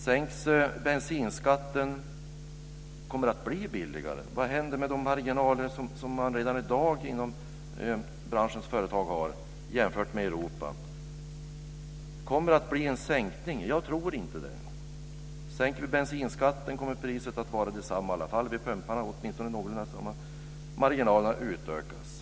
Om bensinskatten kommer att bli billigare, vad händer då med de marginaler som branschens företag redan i dag har jämfört med i Europa? Kommer det att bli en sänkning? Jag tror inte det. Sänker vi bensinskatten kommer priset i alla fall att vara någorlunda detsamma vid pumparna och marginalerna ökar.